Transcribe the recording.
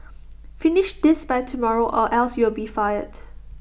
finish this by tomorrow or else you'll be fired